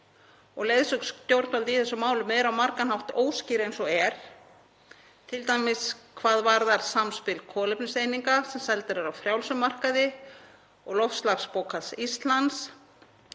Leiðsögn stjórnvalda í þessum málum er á margan hátt óskýr eins og er, t.d. að því er varðar samspil kolefniseininga sem seldar eru á frjálsum markaði og loftslagsbókhalds Íslands,